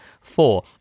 four